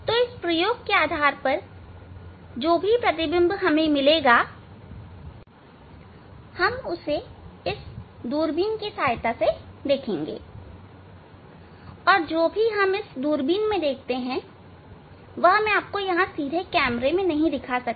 इस प्रयोग के आधार पर जो भी प्रतिबिंब हमें मिलेगा हम उसे इस दूरबीन की सहायता से देखेंगे और जो भी हम इस दूरबीन में देखते हैं वह मैं आपको यहां सीधे कैमरे में नहीं दिखा सकता